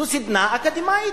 זו סדנה אקדמית,